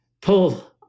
pull